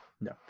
No